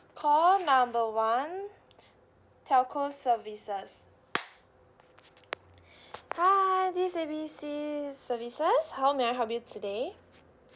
call number one telco services hi uh this is A B C services how may I help you today